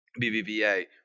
BBVA